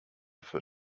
für